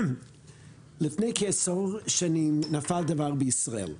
לפני כעשור שנים נפל דבר בישראל.